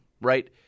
right